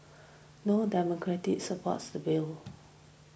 no Democrats supports the bill